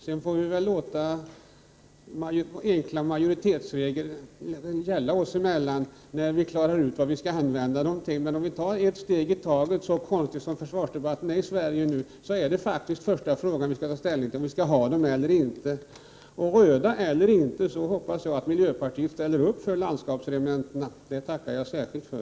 Sedan får vi väl låta enkla majoritetsregler gälla oss emellan, när vi klarar ut vad vi skall använda regementena till. Så konstig som försvarsdebatten är i Sverige nu, är faktiskt den första fråga vi skall ta ställning till om vi skall ha dem eller inte. Röda eller inte, så noterar jag att miljöpartiet ställer upp för landskapsregementena. Det tackar jag särskilt för.